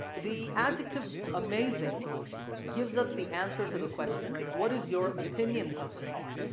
the adjective amazing gives us the answer to the question what is your opinion of the car?